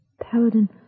Paladin